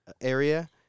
area